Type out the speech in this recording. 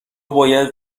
باید